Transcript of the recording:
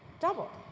doubled.